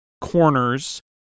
corners